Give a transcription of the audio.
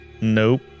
Nope